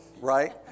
right